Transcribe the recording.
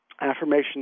affirmation